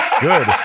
Good